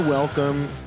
Welcome